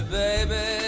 baby